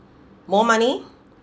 more money